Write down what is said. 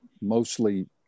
mostly